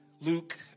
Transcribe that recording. Luke